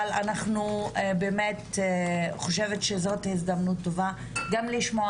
אבל אני חושבת שזו הזדמנות טובה גם לשמוע